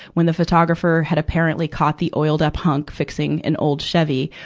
when the photographer had apparently caught the oiled-up hunk fixing an old chevy,